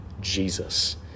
Jesus